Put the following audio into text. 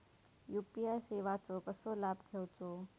UPI सेवाचो कसो लाभ घेवचो?